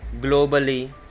globally